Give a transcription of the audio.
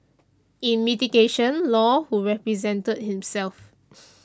in mitigation Law who represented himself